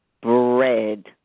bread